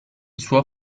suo